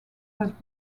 was